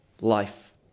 life